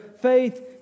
faith